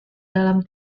dalam